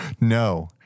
No